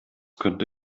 könnte